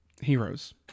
heroes